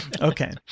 Okay